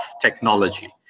technology